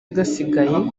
gasigaye